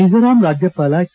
ಮಿಜೋರಾಂ ರಾಜ್ಯಪಾಲ ಕೆ